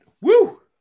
Woo